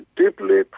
deeply